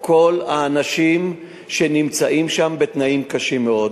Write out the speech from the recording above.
בכל האנשים שנמצאים שם בתנאים קשים מאוד.